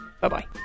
Bye-bye